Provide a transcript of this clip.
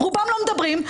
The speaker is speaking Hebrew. רובם לא מדברים,